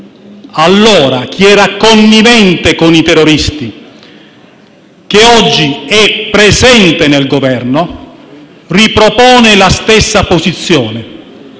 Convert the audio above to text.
allora era connivente con i terroristi, e oggi è presente nel Governo, ripropone la stessa posizione: